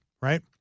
right